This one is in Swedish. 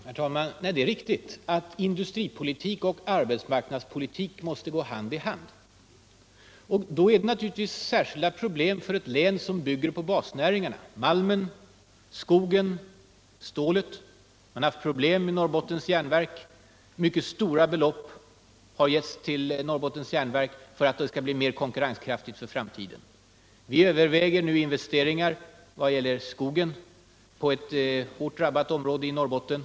Herr talman! Det är riktigt att industripolitik och arbetsmarknadspolitik måste gå hand i hand. Detta innebär naturligtvis särskilda problem för ett län som bygger på basnäringarna: malmen, skogen och stålet. Man har exempelvis haft problem i Norrbottens Järnverk. Mycket stora belopp har satsats på detta företag för att det skall bli mer konkurrenskraftigt i framtiden. Vad gäller skogen överväger regeringen f. n. investeringar inom ett hårt drabbat område i Norrbolten.